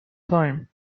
time